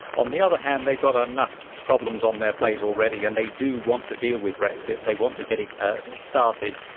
on the other hand, they've got enough problems on their plate already, and they do want to deal with brexit. they want to get it ah started.